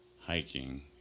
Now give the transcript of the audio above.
hiking